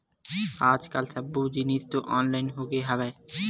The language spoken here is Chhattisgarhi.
आज कल सब्बो जिनिस तो ऑनलाइन होगे हवय